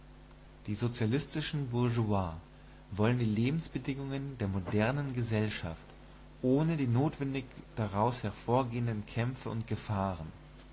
die sozialistischen bourgeois wollen die lebensbedingungen der modernen gesellschaft ohne die notwendig daraus hervor gehenden kämpfe und gefahren